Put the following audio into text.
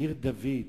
עיר דוד,